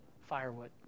firewood